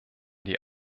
die